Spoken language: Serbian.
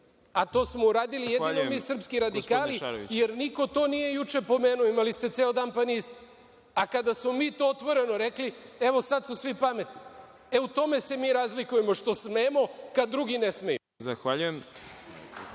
a to smo uradili jedino mi, srpski radikali, jer niko to nije juče pomenuo, imali ste ceo dan pa niste, a kada smo mi to otvoreno rekli, evo, sad su svi pametni. E, u tome se mi razlikujemo, što smemo kad drugi ne smeju.